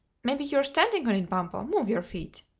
maybe you're standing on it, bumpo. move your feet.